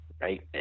right